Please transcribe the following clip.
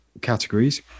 categories